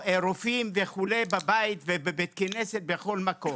רופאים וכולי, בבית, בבית כנסת, בכל מקום.